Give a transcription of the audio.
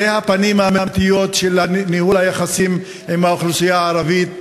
אלה הפנים האמיתיות של ניהול היחסים עם האוכלוסייה הערבית,